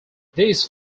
this